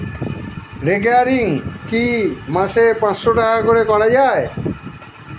Recurring কি মাসে পাঁচশ টাকা করে করা যায়?